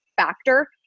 factor